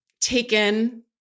taken